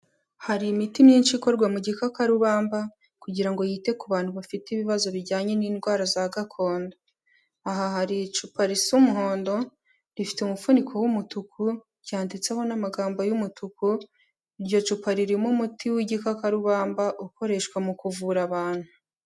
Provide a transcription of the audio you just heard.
Hari imiti myinshi ikorwa mu gikakarubamba, kugira ngo yite ku bantu bafite ibibazo bijyanye n'indwara za gakondo. Aha hari icupa risa umuhondo, rifite umufuniko w'umutuku, ryanditseho n'amagambo y'umutuku, iryo cupa ririmo umuti w'igikakarubamba ukoreshwa mu kuvura abantu.